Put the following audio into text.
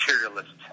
materialist